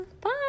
Bye